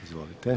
Izvolite.